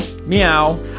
Meow